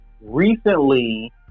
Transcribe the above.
recently